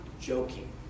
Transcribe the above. joking